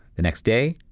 the next day,